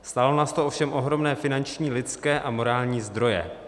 Stálo nás to ovšem ohromné finanční, lidské a morální zdroje.